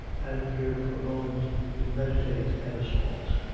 and appeared for a moment to meditate an assault.